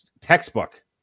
Textbook